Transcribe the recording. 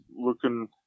looking